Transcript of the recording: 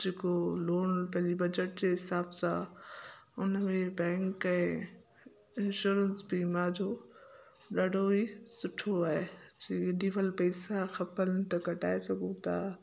जेको लोन पंहिंजी बजट जे हिसाब सां उनमें बैंक इंश्योरेंस बीमा जो ॾाढो ई सुठो आहे जेॾीमहिल पैसा खपनि त कढाए सघूं था